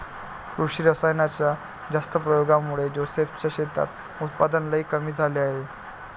कृषी रासायनाच्या जास्त प्रयोगामुळे जोसेफ च्या शेतात उत्पादन लई कमी झाले आहे